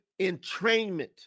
entrainment